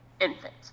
infant